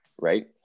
right